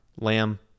Lamb